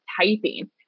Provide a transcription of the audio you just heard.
typing